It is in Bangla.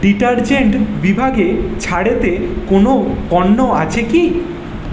ডিটার্জেন্ট বিভাগে ছাড়েতে কোনও পণ্য আছে কি ডিটার্জেন্ট